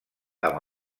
amb